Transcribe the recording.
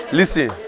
listen